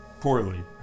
poorly